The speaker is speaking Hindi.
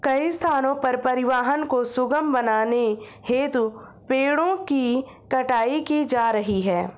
कई स्थानों पर परिवहन को सुगम बनाने हेतु पेड़ों की कटाई की जा रही है